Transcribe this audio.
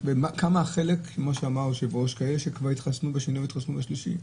היא מה המספר של אלה שהתחסנו בשני חיסונים אבל לא בשלישי.